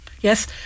Yes